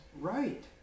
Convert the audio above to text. Right